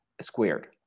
squared